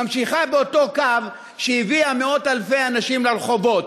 ממשיכה באותו קו שהביא מאות-אלפי אנשים לרחובות.